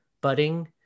budding